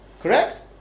Correct